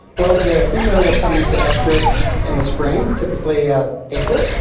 well, the female will come into oestrus in the spring, typically ah april.